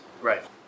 Right